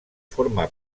forma